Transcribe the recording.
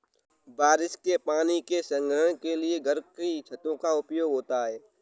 बारिश के पानी के संग्रहण के लिए घर की छतों का उपयोग होता है